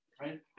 right